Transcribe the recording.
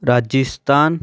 Rajasthan